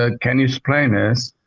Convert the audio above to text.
ah can you explain ah this,